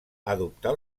adoptar